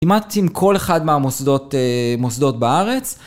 כמעט עם כל אחד מהמוסדות בארץ.